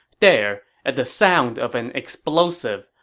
there, at the sound of an explosive,